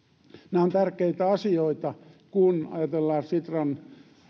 nämä ovat tärkeitä asioita kun ajatellaan sitran